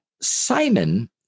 simon